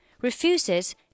refuses